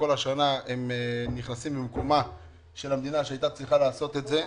כל השנה הם נכנסים במקומה של המדינה שהייתה צריכה לעשות את זה.